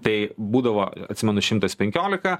tai būdavo atsimenu šimtas penkiolika